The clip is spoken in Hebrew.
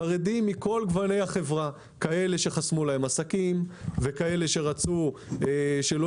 חרדים מכל גווני החברה: כאלה שחסמו להם עסקים וכאלה שרצו שלא